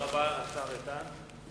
תודה רבה לשר איתן.